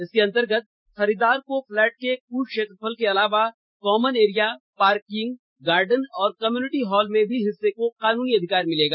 इसके अंतर्गत खरीदार को फलैट के कृल क्षेत्रफल के अलावा कॉमन एरिया पार्किंग गार्डेन और कम्पूनिटी हॉल में भी हिस्से का कानूनी अधिकार मिलेगा